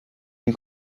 این